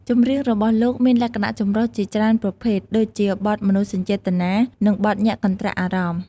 ចម្រៀងរបស់លោកមានលក្ខណៈចម្រុះជាច្រើនប្រភេទ ដូចជាបទមនោសញ្ចេតនា នឹងបទញាក់កន្ត្រាក់អារម្មណ៍ ។